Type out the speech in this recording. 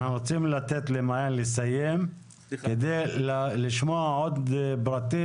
אנחנו רוצים לתת למעין לסיים כדי לשמוע עוד פרטים